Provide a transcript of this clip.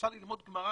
אפשר ללמוד גמרא